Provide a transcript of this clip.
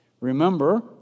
Remember